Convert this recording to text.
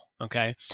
Okay